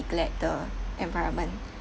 the environment